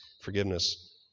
forgiveness